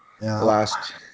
last